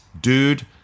Dude